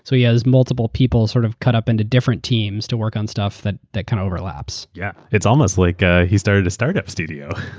so he has multiple people sort of cut up into different teams to work on stuff that that overlaps. yeah it's almost like ah he started a startup studio